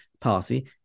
policy